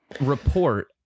report